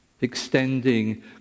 Extending